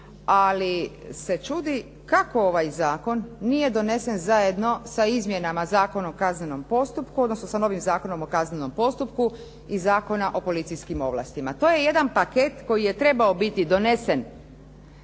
ali se čudi kako ovaj zakon nije donesen zajedno sa izmjenama Zakona o kaznenom postupku, odnosno sa novim Zakonom o kaznenom postupku i Zakona o policijskim ovlastima. To je jedan paket koji je trebao biti donesen